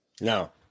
No